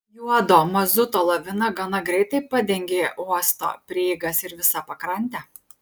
juodo mazuto lavina gana greitai padengė uosto prieigas ir visą pakrantę